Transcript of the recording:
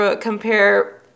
compare